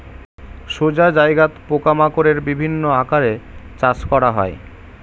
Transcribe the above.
সোজা জায়গাত পোকা মাকড়ের বিভিন্ন আকারে চাষ করা হয়